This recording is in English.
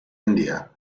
india